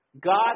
God